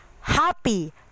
happy